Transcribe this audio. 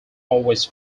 always